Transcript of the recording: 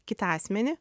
kitą asmenį